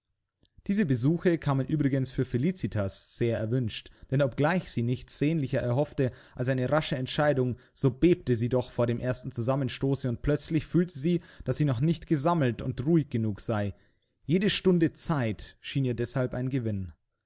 diese besuche kamen übrigens für felicitas sehr erwünscht denn obgleich sie nichts sehnlicher erhoffte als eine rasche entscheidung so bebte sie doch vor dem ersten zusammenstoße und plötzlich fühlte sie daß sie noch nicht gesammelt und ruhig genug sei jede stunde zeit schien ihr deshalb ein gewinn